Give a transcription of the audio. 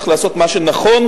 צריך לעשות מה שנכון,